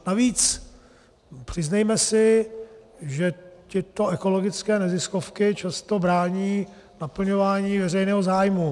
Navíc si přiznejme, že tyto ekologické neziskovky často brání naplňování veřejného zájmu.